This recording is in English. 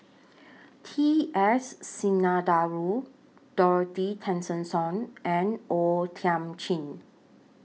T S Sinnathuray Dorothy Tessensohn and O Thiam Chin